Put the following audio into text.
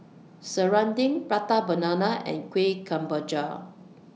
Serunding Prata Banana and Kueh Kemboja